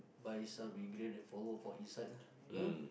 buy some ingredient then follow for insight ah uh